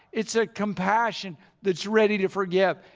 it's a compassion that's ready to forgive.